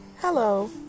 Hello